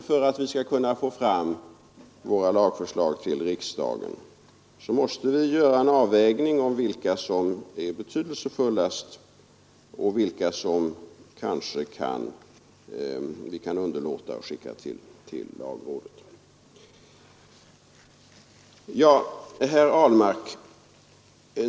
För att kunna få fram våra lagförslag till riksdagen måste vi göra en avvägning av vilka som är betydelsefullast och vilka vi kanske kan underlåta att skicka till lagrådet.